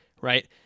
right